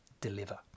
Deliver